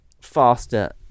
faster